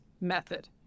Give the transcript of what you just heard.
method